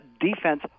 defense